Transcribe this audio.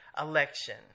election